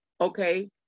Okay